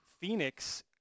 Phoenix